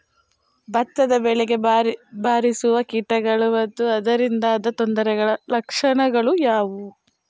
ಭತ್ತದ ಬೆಳೆಗೆ ಬಾರಿಸುವ ಕೀಟಗಳು ಮತ್ತು ಅದರಿಂದಾದ ತೊಂದರೆಯ ಲಕ್ಷಣಗಳು ಯಾವುವು?